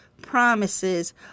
promises